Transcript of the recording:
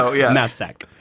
so yeah, mass sect